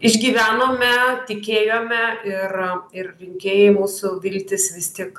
išgyvenome tikėjome ir ir rinkėjai mūsų viltis vis tik